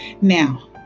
Now